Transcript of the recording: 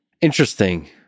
Interesting